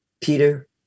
Peter